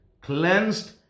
cleansed